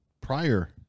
prior